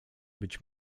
być